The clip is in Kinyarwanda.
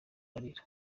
ararira